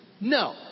no